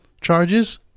charges